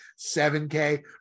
7k